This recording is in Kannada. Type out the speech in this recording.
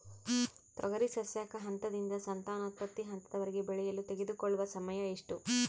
ತೊಗರಿ ಸಸ್ಯಕ ಹಂತದಿಂದ ಸಂತಾನೋತ್ಪತ್ತಿ ಹಂತದವರೆಗೆ ಬೆಳೆಯಲು ತೆಗೆದುಕೊಳ್ಳುವ ಸಮಯ ಎಷ್ಟು?